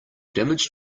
damage